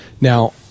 Now